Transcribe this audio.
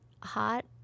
hot